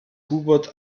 hubert